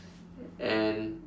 and